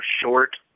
short